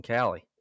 Cali